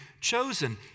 chosen